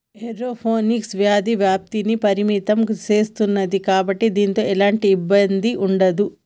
aeroponics వ్యాధి వ్యాప్తిని పరిమితం సేస్తుంది కాబట్టి దీనితో ఎలాంటి ఇబ్బంది ఉండదు